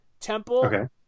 temple